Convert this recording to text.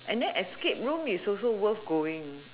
and then escape room also worth going